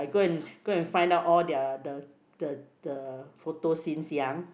go and go and find out all their the the the photo since young